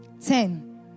Ten